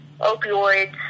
opioids